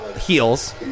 heels